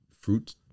fruit